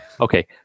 Okay